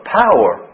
power